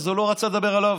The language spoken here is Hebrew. אז הוא לא רצה לדבר עליו.